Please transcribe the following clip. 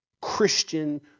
Christian